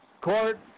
Court